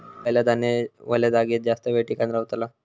खयला धान्य वल्या जागेत जास्त येळ टिकान रवतला?